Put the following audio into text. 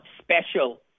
special